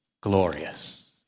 glorious